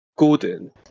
Gordon